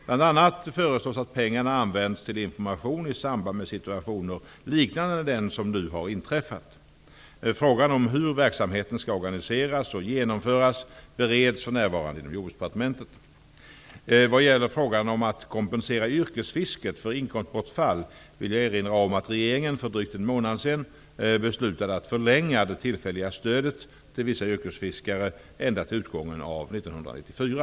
Bl.a. föreslås att pengarna används till information i samband med situationer liknande den som nu har inträffat. Frågan om hur verksamheten skall organiseras och genomföras bereds för närvarande inom Vad gäller frågan om att kompensera yrkesfisket för inkomstbortfall vill jag erinra om att regeringen för drygt en månad sedan beslutade att förlänga det tillfälliga stödet till vissa yrkesfiskare ända till utgången av år 1994.